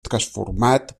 transformat